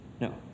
No